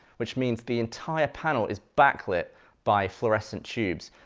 which means the entire panel is backlit by fluorescent tubes.